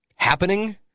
happening